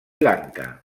lanka